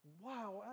wow